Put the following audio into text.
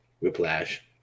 Whiplash